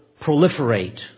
proliferate